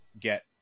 get